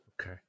Okay